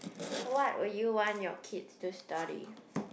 what will you want your kids to study